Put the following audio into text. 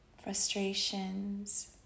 frustrations